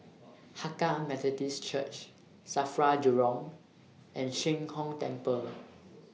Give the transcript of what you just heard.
Hakka Methodist Church SAFRA Jurong and Sheng Hong Temple